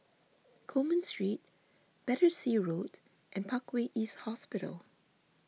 Coleman Street Battersea Road and Parkway East Hospital